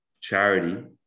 charity